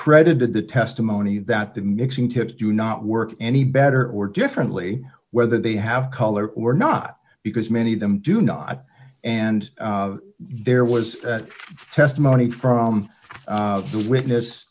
credited the testimony that the mixing two do not work any better or differently whether they have color or not because many of them do not and there was testimony from the witness